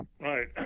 Right